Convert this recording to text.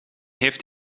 heeft